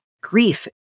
grief